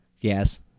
Yes